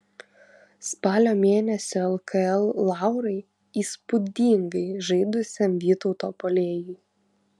spalio mėnesio lkl laurai įspūdingai žaidusiam vytauto puolėjui